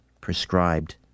prescribed